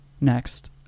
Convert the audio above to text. Next